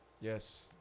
Yes